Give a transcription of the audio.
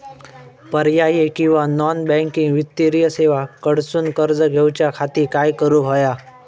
पर्यायी किंवा non banking वित्तीय सेवा कडसून कर्ज घेऊच्या खाती काय करुक होया?